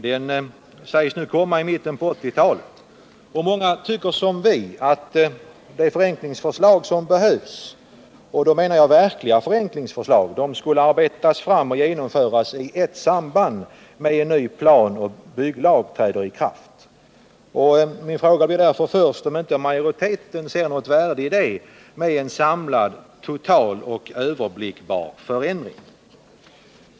Den sägs nu komma i mitten på 1980-talet. Många tycker som vi, att de förenklingsförslag som behövs — och då menar jag verkliga förenklingsförslag — skulle arbetas fram och genomföras i samband med att en ny planoch bygglag träder i kraft. Min första fråga blir därför om inte majoriteten ser något värde i en samlad, total och överblickbar förändring.